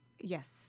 Yes